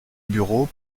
bureau